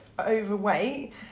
overweight